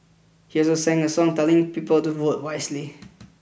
he also sang a song telling people to vote wisely